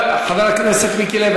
חבר כנסת מיקי לוי,